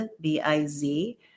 B-I-Z